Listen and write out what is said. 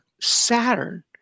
Saturn